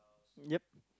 yup